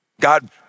God